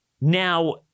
Now